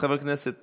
חבר הכנסת